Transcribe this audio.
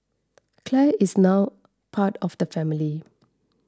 Clare is now part of the family